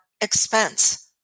expense